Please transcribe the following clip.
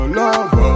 love